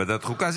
ועדת חוקה?